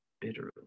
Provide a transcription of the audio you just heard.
bitterly